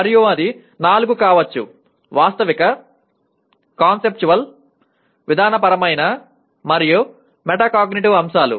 మరియు అది నాలుగు కావచ్చు వాస్తవిక కాన్సెప్చువల్ విధానపరమైన మరియు మెటాకాగ్నిటివ్ అంశాలు